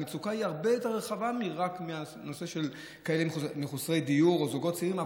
המצוקה היא הרבה יותר רחבה מאשר הנושא של מחוסרי דיור או זוגות צעירים.